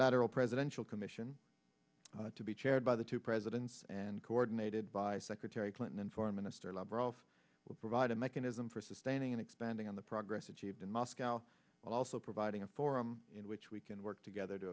bilateral presidential commission to be chaired by the two presidents and coordinated by secretary clinton and foreign minister lavrov will provide a mechanism for sustaining and expanding on the progress achieved in moscow also providing a forum in which we can work together to